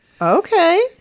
Okay